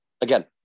Again